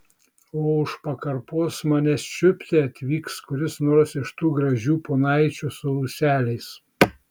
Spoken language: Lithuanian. o už pakarpos manęs čiupti atvyks kuris nors iš tų gražių ponaičių su ūseliais